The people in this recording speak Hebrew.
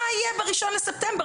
מה יהיה ב-1 בספטמבר?